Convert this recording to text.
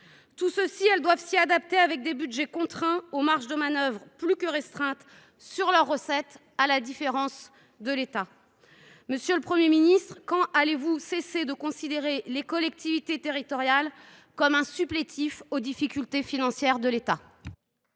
leurs agents. Elles ont dû s’y adapter malgré des budgets contraints, aux marges de manœuvre plus que restreintes quant aux recettes, à la différence de l’État. Monsieur le Premier ministre, quand cesserez vous de considérer les collectivités territoriales comme des supplétifs, face aux difficultés financières de l’État ?